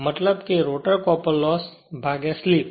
મતલબ કે rotor copper loss ભાગ્યા સ્લિપ